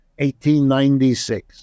1896